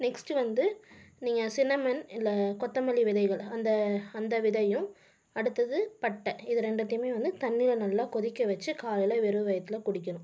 next வந்து நீங்கள் cinnamon இல்லை கொத்தமல்லி விதைகள் அந்த அந்த விதையும் அடுத்தது பட்டை இது ரெண்டத்தையும் வந்து தண்ணில நல்லா கொதிக்க வச்சு காலையில் வெறும் வயிற்றுல குடிக்கணும்